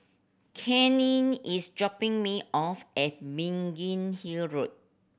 Kanye is dropping me off at Biggin Hill Road